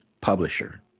publisher